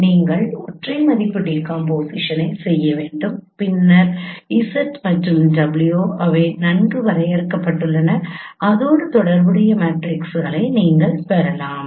நீங்கள் ஒற்றை மதிப்பு டீகாம்போசிஷனை செய்ய வேண்டும் பின்னர் z மற்றும் W அவை நன்கு வரையறுக்கப்பட்டுள்ளன அதோடு தொடர்புடைய மேட்ரிக்ஸ்களையும் நீங்கள் பெறலாம்